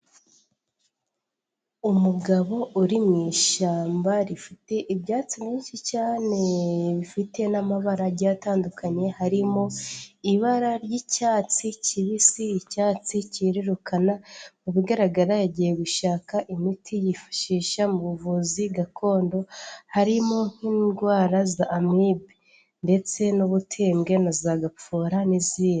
Umugabo uri mu ishyamba rifite ibyatsi byinshi cyaneee, bifite n'amabara agiye atandukanye harimo ibara ry'icyatsi kibisi, icyatsi cyerurukana, mu bigaragara yagiye gushaka imiti yifashisha mu buvuzi gakondo harimo nk'indwara za amibe ndetse n'ubutembwe na za gapfura n'izindi.